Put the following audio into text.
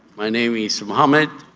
my name is mohamed.